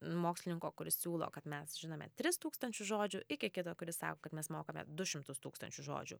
mokslininko kuris siūlo kad mes žinome tris tūkstančius žodžių iki kito kuris sako kad mes mokame du šimtus tūkstančių žodžių